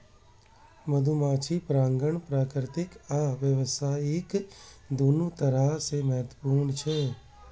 मधुमाछी परागण प्राकृतिक आ व्यावसायिक, दुनू तरह सं महत्वपूर्ण छै